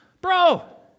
bro